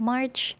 March